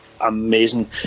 amazing